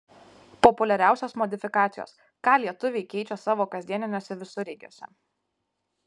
populiariausios modifikacijos ką lietuviai keičia savo kasdieniniuose visureigiuose